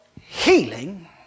healing